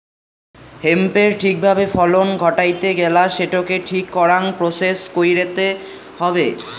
হেম্পের ঠিক ভাবে ফলন ঘটাইতে গেলা সেটোকে ঠিক করাং প্রসেস কইরতে হবে